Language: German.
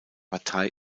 partei